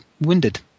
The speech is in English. wounded